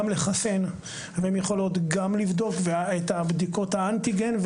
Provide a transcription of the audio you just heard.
לחסן והן יכולות גם לבדוק בבדיקות האנטיגן.